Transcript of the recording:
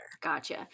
Gotcha